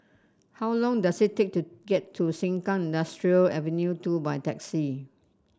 how long does it take to get to Sengkang Industrial Avenue two by taxi